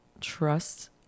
trust